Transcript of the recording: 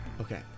okay